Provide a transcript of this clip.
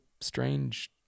strange